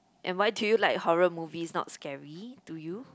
and why do you like horror movies not scary to you